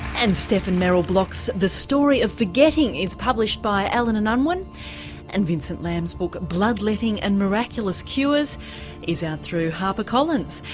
and stefan merrill block's the story of forgetting is published by allen and unwin and vincent lam's book blood letting and miraculous cures is out through harper collins.